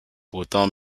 pourtant